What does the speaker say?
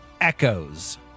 Echoes